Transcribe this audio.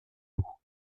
loups